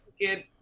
get